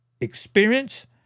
Experience